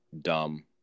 dumb